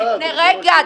דקה,